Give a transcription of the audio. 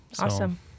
Awesome